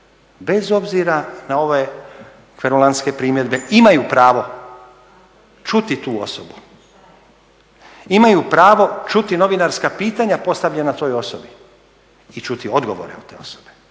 bez obzira na ove …/Govornik se ne razumije./… primjedbe imaju pravo čuti tu osobu, imaju pravo čuti novinarska pitanja postavljena toj osobi i čuti odgovore od te osobe